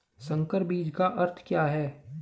संकर बीज का अर्थ क्या है?